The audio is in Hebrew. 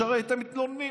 ישר הייתם מתלוננים.